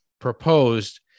proposed